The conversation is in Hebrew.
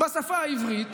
בשפה העברית.